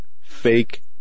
fake